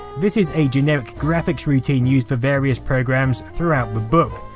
this is a generic graphics routine used for various programs throughout the book.